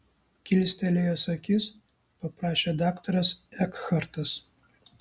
kilstelėjęs akis paprašė daktaras ekhartas